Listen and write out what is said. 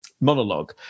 monologue